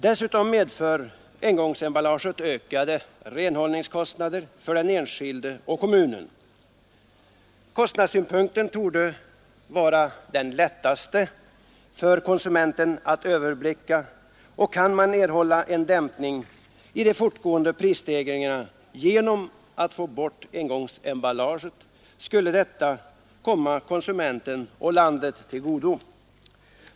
Dessutom medför engångsemballaget ökade renhållningskostnader för den enskilde och för kommunen. Kostnadssynpunkten torde vara den lättaste för konsumenten att överblicka. Kunde man erhålla en dämpning i de fortgående prisstegringarna genom att få bort engångsemballaget, skulle detta komma konsumenterna och landet till godo.